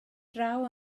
draw